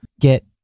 get